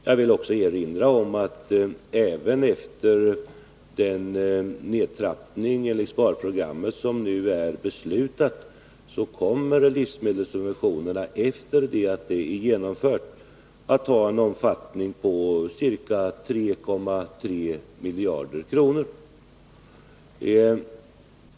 Jag vill också erinra om att livsmedelssubventionerna, efter det att det beslutade sparprogrammet är genomfört, ändå kommer att uppgå till ca 3,3 miljarder kronor.